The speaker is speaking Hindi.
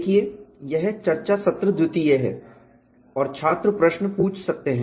देखिए यह चर्चा सत्र द्वितीय है और छात्र प्रश्न पूछ सकते हैं